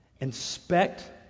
Inspect